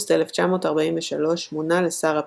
באוגוסט 1943 מונה לשר הפנים,